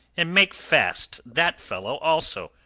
and make fast that fellow also,